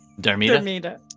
Dermida